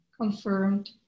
confirmed